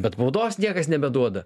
bet baudos niekas nebeduoda